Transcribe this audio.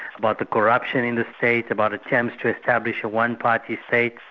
about the corruption in the state, about attempts to establish a one-party state,